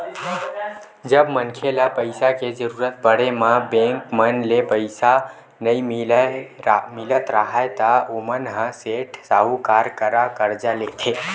जब मनखे ल पइसा के जरुरत पड़े म बेंक मन ले पइसा नइ मिलत राहय ता ओमन ह सेठ, साहूकार करा करजा लेथे